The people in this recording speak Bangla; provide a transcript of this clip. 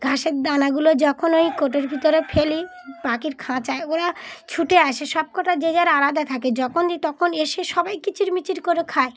ঘাসের দানাগুলো যখন ওই কোটোর ভিতরে ফেলি পাখির খাঁচায় ওরা ছুটে আসে সব কটা যে যার আলাদা থাকে যখন দিই তখন এসে সবাই কিচিরমিচির করে খায়